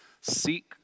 Seek